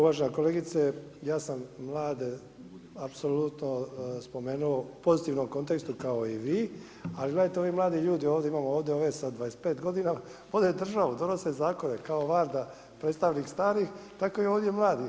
Uvažena kolegice, ja sam mlade apsolutno spomenuo u pozitivnom kontekstu kao i vi, ali gledajte ovi mladi ljudi, ovdje imamo ovdje ove sa 25 godina, vode državu, donose zakone, kao Varda, predstavnik stari, tako i ovdje mladih.